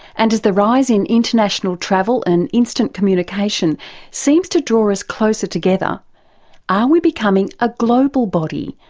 and as the rise in international travel and instant communication seems to draw us closer together, are we becoming a global body,